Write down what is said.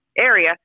area